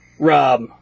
Rob